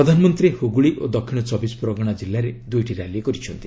ପ୍ରଧାନମନ୍ତ୍ରୀ ହୁଗୁଳି ଓ ଦକ୍ଷିଣ ଚବିଶପ୍ରଗଣା ଜିଲ୍ଲାରେ ଦୁଇଟି ର୍ୟାଲି କରିଚ୍ଛନ୍ତି